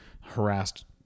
harassed